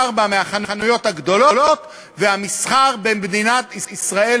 לבד לא יכול לממן את כל הדבר הזה בעצמו.